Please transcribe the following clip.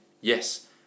Yes